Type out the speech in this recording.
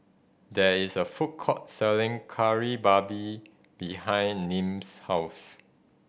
there is a food court selling Kari Babi behind Nim's house